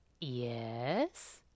Yes